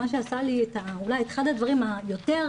אחד הדברים שיותר